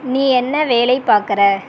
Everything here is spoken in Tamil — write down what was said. நீ என்ன வேலை பாக்கிற